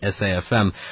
SAFM